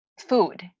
food